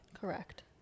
Correct